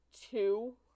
two